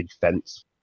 fence